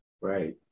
Right